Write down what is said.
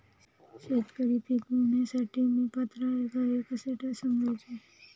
शेतकरी पीक विम्यासाठी मी पात्र आहे हे कसे समजायचे?